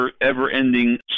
ever-ending